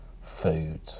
food